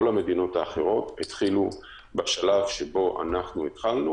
כל המדינות האחרות התחילו בשלב שבו אנחנו התחלנו